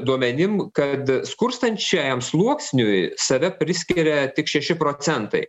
duomenim kad skurstančiajam sluoksniui save priskiria tik šeši procentai